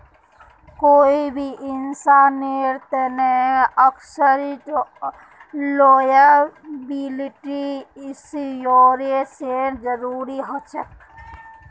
कोई भी इंसानेर तने अक्सर लॉयबिलटी इंश्योरेंसेर जरूरी ह छेक